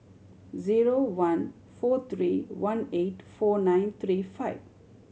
zero one four three one eight four nine three five